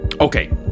Okay